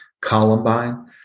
Columbine